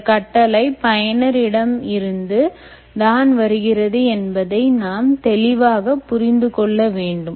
இந்த கட்டளை பயனர் இடம் இருந்து தான் வருகிறது என்பதை நாம் தெளிவாக புரிந்து கொள்ள வேண்டும்